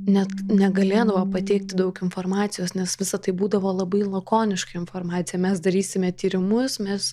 net negalėdavo pateikti daug informacijos nes visa tai būdavo labai lakoniška informacija mes darysime tyrimus mes